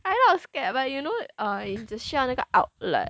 I not scared but you know 你只需要那个 outlet